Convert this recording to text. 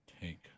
take